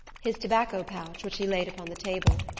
his tobacco pouch, which he laid upon the table,